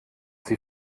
sie